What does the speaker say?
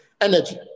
energy